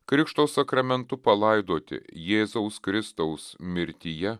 krikšto sakramentu palaidoti jėzaus kristaus mirtyje